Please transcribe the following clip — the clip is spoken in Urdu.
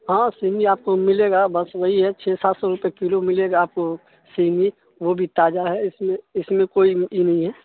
ہاں سنگی آپ کو ملے گا بس وہی ہے چھ سات سو روپئے کلو ملے گا آپ کو سنگی وہ بھی تازہ ہے اس میں اس میں کوئی یہ نہیں ہے